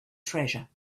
treasure